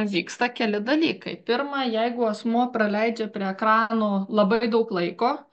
vyksta keli dalykai pirma jeigu asmuo praleidžia prie ekranų labai daug laiko